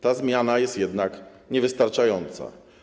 Ta zmiana jest jednak niewystarczająca.